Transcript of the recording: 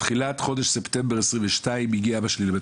בתחילת חודש ספטמבר 2022 הגיע אבי לבית